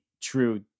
true